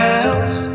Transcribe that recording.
else